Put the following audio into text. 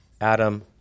Adam